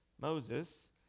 Moses